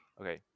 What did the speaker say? okay